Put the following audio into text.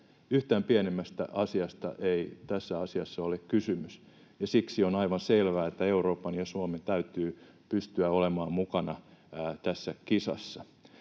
Yhtään pienemmästä asiasta ei tässä asiassa ole kysymys, ja siksi on aivan selvää, että Euroopan ja Suomen täytyy pystyä olemaan mukana tässä kisassa.